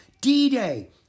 D-Day